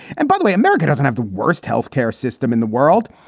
and by the way, america doesn't have the worst health care system in the world.